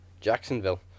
Jacksonville